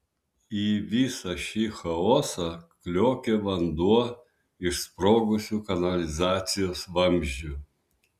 į visą šį chaosą kliokė vanduo iš sprogusių kanalizacijos vamzdžių